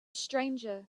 stranger